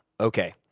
Okay